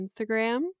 Instagram